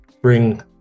bring